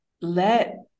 let